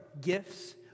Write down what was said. gifts